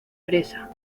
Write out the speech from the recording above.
presa